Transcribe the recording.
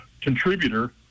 contributor